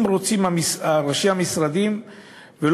אם ראשי המשרדים רוצים,